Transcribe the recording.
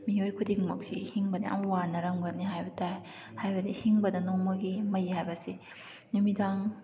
ꯃꯤꯑꯣꯏ ꯈꯨꯗꯤꯡꯃꯛꯁꯤ ꯍꯤꯡꯕꯗ ꯌꯥꯝ ꯋꯥꯅꯔꯝꯒꯅꯤ ꯍꯥꯏꯕ ꯇꯥꯏ ꯍꯥꯏꯕꯗꯤ ꯍꯤꯡꯕꯗ ꯅꯣꯡꯃꯒꯤ ꯃꯩ ꯍꯥꯏꯕꯁꯤ ꯅꯨꯃꯤꯗꯥꯡ